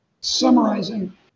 summarizing